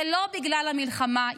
זה לא בגלל המלחמה.